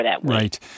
Right